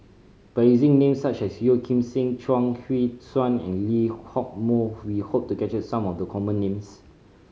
by using name such as Yeo Kim Seng Chuang Hui Tsuan and Lee Hock Moh we hope to capture some of the common names